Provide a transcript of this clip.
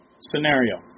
scenario